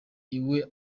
iwe